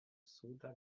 suda